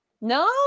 no